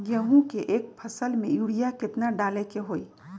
गेंहू के एक फसल में यूरिया केतना डाले के होई?